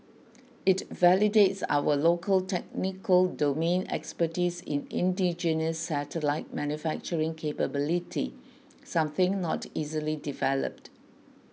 it validates our local technical domain expertise in indigenous satellite manufacturing capability something not easily developed